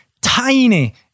tiny